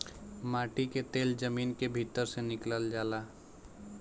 माटी के तेल जमीन के भीतर से निकलल जाला